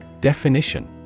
Definition